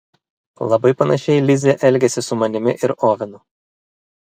labai panašiai lizė elgėsi su manimi ir ovenu